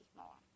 more